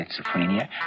schizophrenia